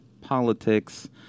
politics